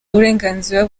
uburenganzira